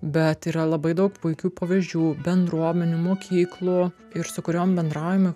bet yra labai daug puikių pavyzdžių bendruomenių mokyklų ir su kuriom bendraujame